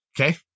okay